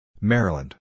Maryland